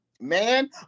man